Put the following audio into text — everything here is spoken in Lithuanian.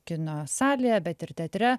kino salėje bet ir teatre